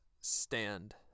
stand